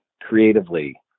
creatively